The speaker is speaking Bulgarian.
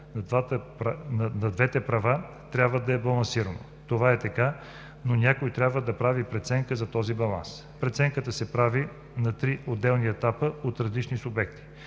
на двете права трябва да е балансирано. Това е така, но някой трябва да прави преценка за този баланс. Преценката се прави на 3 отделни етапа от различни субекти.